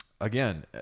again